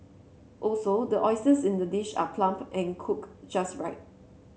also the oysters in the dish are plump and cooked just right